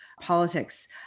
politics